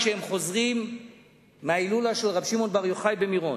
כשהם חוזרים מהילולת רבי שמעון בר יוחאי במירון,